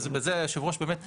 ובזה יושב הראש באמת צדק,